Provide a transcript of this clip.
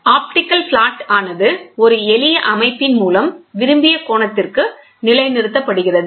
optical flat ஆனது ஒரு எளிய அமைப்பின் மூலம் விரும்பிய கோணத்திற்கு நிலை நிறுத்தப்படுகிறது